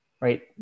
right